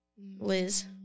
Liz